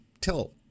tell